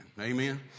Amen